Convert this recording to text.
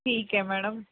ਠੀਕ ਹੈ ਮੈਡਮ